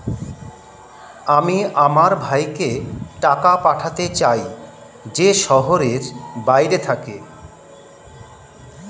আমি আমার ভাইকে টাকা পাঠাতে চাই যে শহরের বাইরে থাকে